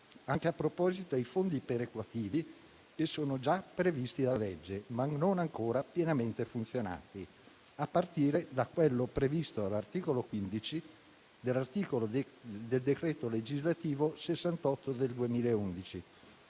anche a proposito dei fondi perequativi che sono già previsti dalla legge, ma non ancora pienamente funzionanti, a partire da quello previsto dall'articolo 15 del decreto legislativo n. 68 del 2011.